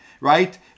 right